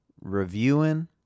reviewing